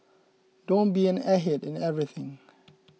don't be an airhead in everything